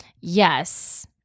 Yes